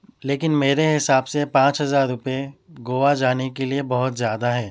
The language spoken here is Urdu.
لیکن میرے حساب سے پانچ ہزار روپے گووا جانے کے لیے بہت زیادہ ہیں